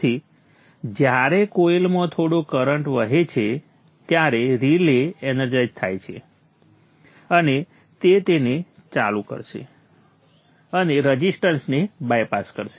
તેથી જ્યારે કોઈલમાં થોડો કરંટ વહે છે ત્યારે રિલે એનર્જાઇઝ થાય છે અને તે તેને ચાલુ કરશે અને રઝિસ્ટન્સને બાયપાસ કરશે